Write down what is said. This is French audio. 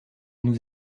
nous